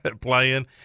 playing